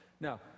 Now